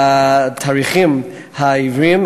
התאריכים העבריים.